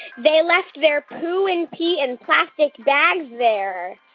they left their poo and pee in plastic bags there.